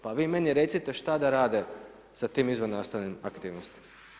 Pa vi meni recite šta da rade sa tim izvannastavnim aktivnostima.